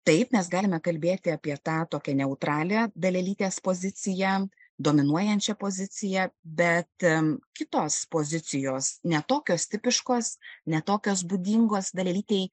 taip mes galime kalbėti apie tą tokią neutralią dalelytės poziciją dominuojančią poziciją bet kitos pozicijos ne tokios tipiškos ne tokios būdingos dalelytei